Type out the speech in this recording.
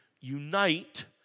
unite